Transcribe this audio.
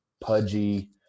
pudgy